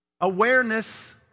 Awareness